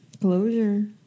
Closure